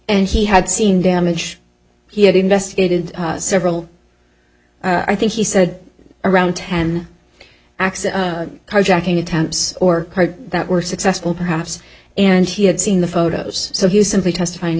and he had seen damage he had investigated several i think he said around ten x carjacking attempts or that were successful perhaps and he had seen the photos so he was simply testifying